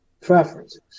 preferences